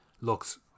looks